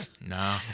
No